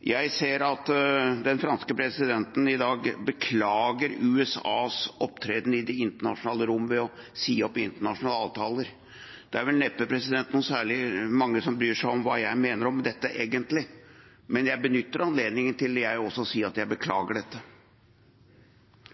Jeg ser at den franske presidenten i dag beklager USAs opptreden i det internasjonale rom ved å si opp internasjonale avtaler. Det er vel neppe særlig mange som egentlig bryr seg om hva jeg mener om dette, men jeg benytter anledningen til å si at også jeg beklager dette.